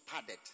padded